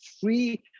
free